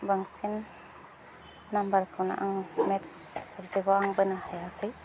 बांसिन नाम्बारखौनो आं मेथ्स साबजेक्टआव आं बोनो हायाखै